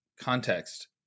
context